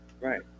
Right